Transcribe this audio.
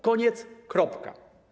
Koniec, kropka.